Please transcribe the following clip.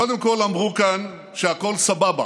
קודם כול אמרו כאן שהכול סבבה,